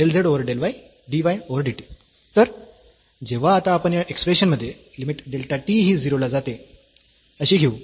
तर जेव्हा आता आपण या एक्सप्रेशन मध्ये लिमिट डेल्टा t ही 0 ला जाते अशी घेऊ